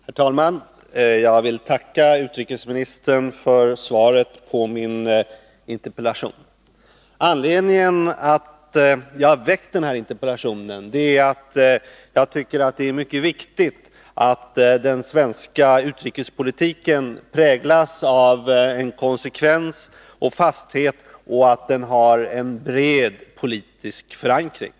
Herr talman! Jag vill tacka utrikesministern för svaret på min interpellation. Anledningen till att jag har framställt interpellationen är att jag tycker att det är mycket viktigt att den svenska utrikespolitiken präglas av konsekvens och fasthet och att den har en bred politisk förankring.